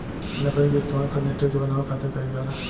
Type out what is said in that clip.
लकड़ी के इस्तेमाल फर्नीचर के बानवे खातिर कईल जाला